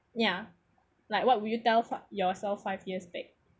ya like what would you tell yourself five years back